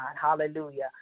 Hallelujah